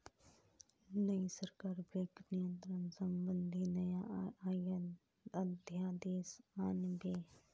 नई सरकार बैंक नियंत्रण संबंधी नया अध्यादेश आन बे